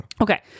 okay